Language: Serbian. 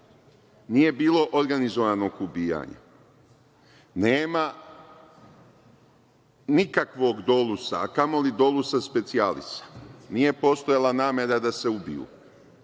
nije bilo organizovanog ubijanja. Nema nikakvog „dolusa“, a kamoli „dolusa specijalisa“. Nije postojala namera da se ubiju.